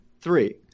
Three